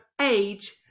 age